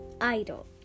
idol